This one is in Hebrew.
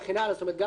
כלומר גם החטיבה,